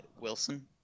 Wilson